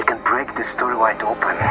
can crack the story wide open.